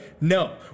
No